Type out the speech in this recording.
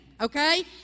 Okay